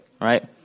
right